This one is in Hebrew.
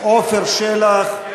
עפר שלח,